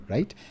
Right